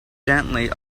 gently